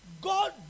god